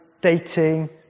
dating